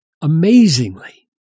Amazingly